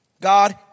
God